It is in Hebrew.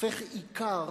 הופך עיקר